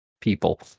people